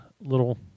little